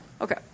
Okay